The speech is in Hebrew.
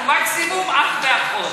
אנחנו מקסימום אח ואחות.